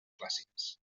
clàssiques